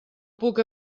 puc